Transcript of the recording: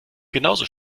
genauso